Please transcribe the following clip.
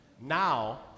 now